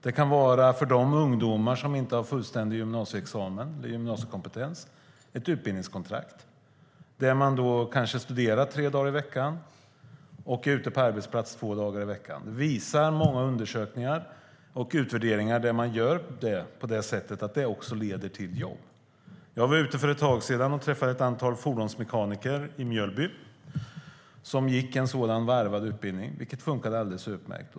Det kan för ungdomar som inte har fullständig gymnasieexamen eller gymnasiekompetens vara ett utbildningskontrakt där de kanske studerar tre dagar i veckan och är ute på arbetsplats två dagar i veckan. Många undersökningar och utvärderingar av att man gör på det sättet visar att det också leder till jobb. Jag träffade för ett tag sedan ett antal fordonsmekaniker i Mjölby som gick en sådan varvad utbildning, vilket fungerade alldeles utmärkt.